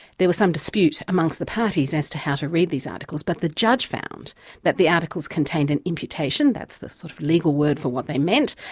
there was some dispute amongst the parties as to how to read these articles. but the judge found that the articles contained an imputation, that's the sort of legal word for what they meant,